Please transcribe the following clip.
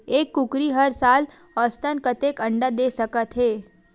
एक कुकरी हर साल औसतन कतेक अंडा दे सकत हे?